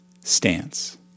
stance